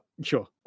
Sure